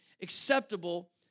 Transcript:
acceptable